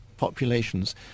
Populations